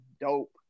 dope